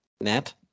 net